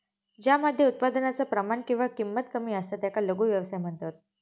ज्या मध्ये उत्पादनाचा प्रमाण किंवा किंमत कमी असता त्याका लघु व्यवसाय म्हणतत